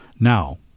Now